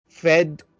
Fed